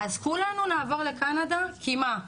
אז כולנו נעבור לקנדה, כי מה,